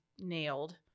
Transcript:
nailed